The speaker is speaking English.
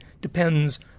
depends